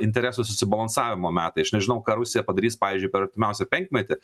interesų susibalansavimo metai aš nežinau ką rusija padarys pavyzdžiui per artimiausią penkmetį